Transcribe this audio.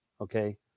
okay